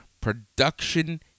production